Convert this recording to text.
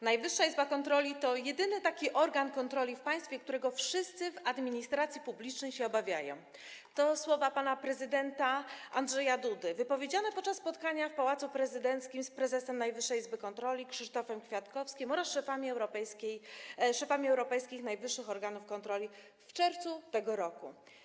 Najwyższa Izba Kontroli to jedyny taki organ kontroli w państwie, którego wszyscy w administracji publicznej się obawiają - to słowa pana prezydenta Andrzeja Dudy wypowiedziane podczas spotkania w Pałacu Prezydenckim z prezesem Najwyższej Izby Kontroli Krzysztofem Kwiatkowskim oraz szefami europejskich najwyższych organów kontroli w czerwcu tego roku.